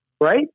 Right